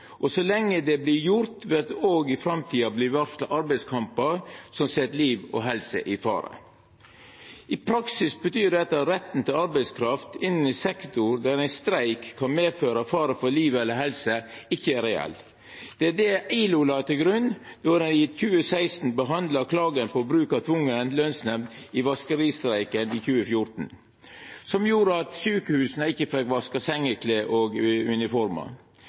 skje. Så lenge det vert gjort, vil det òg i framtida verta varsla arbeidskampar som set liv og helse i fare. I praksis betyr dette at retten til arbeidskrafta innan ein sektor der ein streik kan medføra fare for liv eller helse, ikkje er reell. Det er det ILO la til grunn då dei i 2016 behandla klagen på bruk av tvungen lønsnemnd i vaskeristreiken i 2014, som gjorde at sjukehusa ikkje fekk vaska sengeklede og